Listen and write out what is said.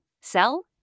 sell